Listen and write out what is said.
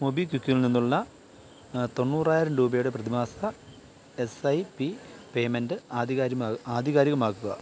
മൊബിക്വിക്കിൽ നിന്നുള്ള തൊണ്ണൂറായിരം രൂപയുടെ പ്രതിമാസ എസ് ഐ പി പേയ്മെൻറ്റ് ആധികാരികമാക്കുക